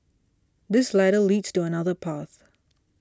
this ladder leads to another path